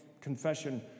confession